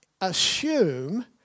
assume